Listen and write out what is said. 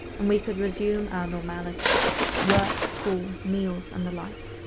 and we could resume our normality work, school, meals, and the like.